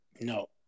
No